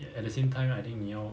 at the same time writing